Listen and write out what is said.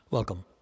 Welcome